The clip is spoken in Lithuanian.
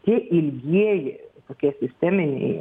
tie ilgieji tokie sisteminiai